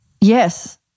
yes